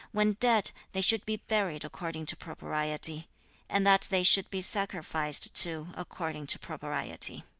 when dead, they should be buried according to propriety and that they should be sacrificed to according to propriety